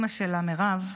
אימא שלה, מירב,